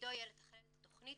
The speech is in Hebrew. שתפקידו יהיה לתכלל את התכנית,